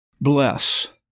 bless